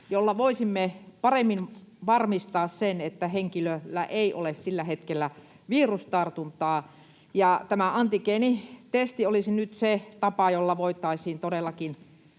joilla voisimme paremmin varmistaa sen, että henkilöllä ei ole sillä hetkellä virustartuntaa. Tämä antigeenitesti olisi nyt se tapa, jolla voitaisiin todellakin